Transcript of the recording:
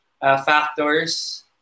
factors